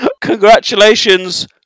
Congratulations